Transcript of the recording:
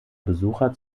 besucher